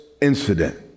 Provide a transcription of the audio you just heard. incident